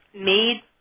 made